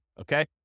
okay